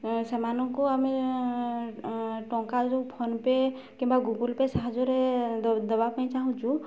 ସେମାନଙ୍କୁ ଆମେ ଟଙ୍କା ଯୋଉ ଫୋନପେ କିମ୍ବା ଗୁଗୁଲ୍ ପେ ସାହାଯ୍ୟରେ ଦେବା ପାଇଁ ଚାହୁଁଛୁ